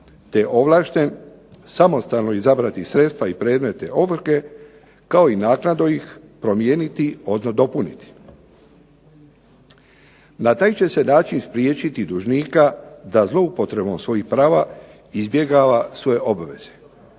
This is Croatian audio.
je ovlašten samostalno izabrati sredstva i predmete ovrhe kao i naknadno ih promijeniti odnosno dopuniti. Na taj će se način spriječiti dužnika da zloupotrebom svojih prava izbjegava svoje obaveze.